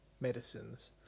medicines